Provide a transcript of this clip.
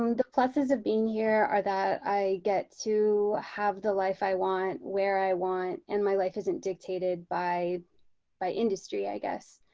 um the pluses of being here are that i get to have the life i want where i want and my life isn't dictated by my industry, i guess.